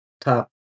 top